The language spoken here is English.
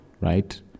right